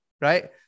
Right